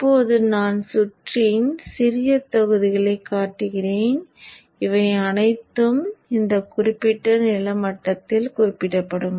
இப்போது நான் சுற்றின் சிறிய தொகுதிகளைக் காட்டுகிறேன் இவை அனைத்தும் இந்த குறிப்பிட்ட நில மட்டத்தில் குறிப்பிடப்படும்